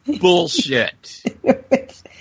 bullshit